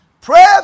pray